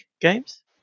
games